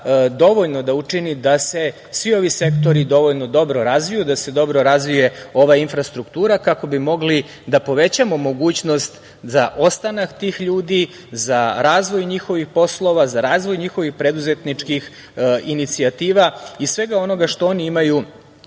dovoljno da učini da se svi ovi sektori dovoljno dobro razviju, da se dobro razvije ova infrastruktura, kako bi mogli da povećamo mogućnost za ostanak tih ljudi, za razvoj njihovih poslova, za razvoj njihovih preduzetničkih inicijativa i svega onoga što oni imaju